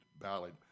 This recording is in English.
ballad